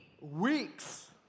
weeks